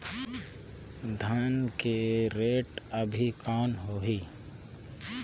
धान के रेट अभी कौन होही?